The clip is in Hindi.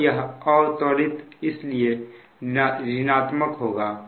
और यह अवत्वरीत इसलिए ऋणात्मक होगा